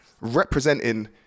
representing